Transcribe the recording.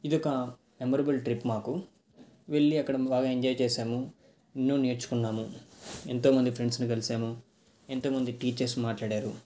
ఇది ఒక memorable trip మాకు వెళ్ళి అక్కడ బాగా ఎంజాయ్ చేసాము ఎన్నో నేర్చుకున్నాము ఎంతో మంది ఫ్రెండ్స్ని కలిసాము ఎంతో మంది టీచర్స్ మాట్లాడారు